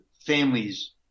families